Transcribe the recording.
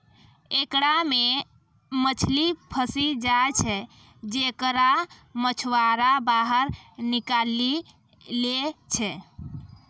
एकरा मे मछली फसी जाय छै जेकरा मछुआरा बाहर निकालि लै छै